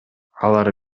алар